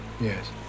Yes